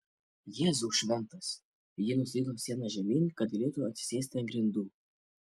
jėzau šventas ji nuslydo siena žemyn kad galėtų atsisėsti ant grindų